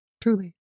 Truly